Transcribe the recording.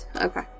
Okay